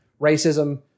Racism